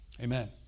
Amen